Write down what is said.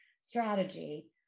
strategy